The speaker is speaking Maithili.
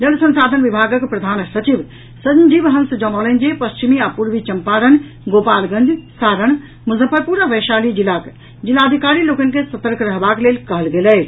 जल संसाधन विभागक प्रधान सचिव संजीव हंस जनौलनि जे पश्चिमी आ पूर्वी चंपारण गोपालगंज सारण मुजफ्फरपुर आ वैशाली जिलाक जिलाधिकारी लोकनि के सतर्क रहबाक लेल कहल गेल अछि